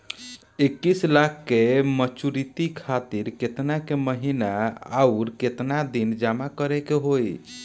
इक्कीस लाख के मचुरिती खातिर केतना के महीना आउरकेतना दिन जमा करे के होई?